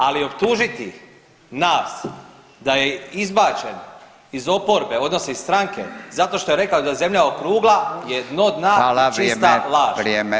Ali optužiti nas da je izbačen iz oporbe odnosno iz stranke zato što je rekao da je Zemlja okrugla je dno dna [[Upadica RAdin: Hvala, vrijeme, vrijeme .]] i čista laž.